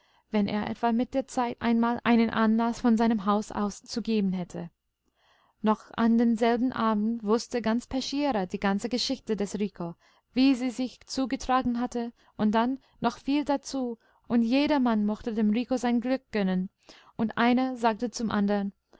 wenn er etwa mit der zeit einmal einen anlaß von seinem haus aus zu geben hätte noch an demselben abend wußte ganz peschiera die ganze geschichte des rico wie sie sich zugetragen hatte und dann noch viel dazu und jedermann mochte dem rico sein glück gönnen und einer sagte zum anderen